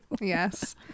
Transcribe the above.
Yes